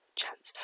chance